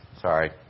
Sorry